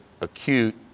acute